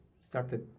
started